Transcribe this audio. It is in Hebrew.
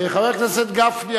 חבר הכנסת גפני,